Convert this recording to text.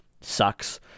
sucks